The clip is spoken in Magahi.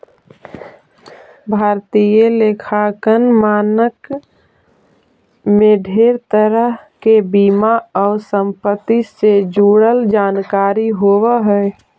भारतीय लेखांकन मानक में ढेर तरह के बीमा आउ संपत्ति से जुड़ल जानकारी होब हई